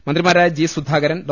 മന്ത്രിമാരായൂജി Sudhakaran Dr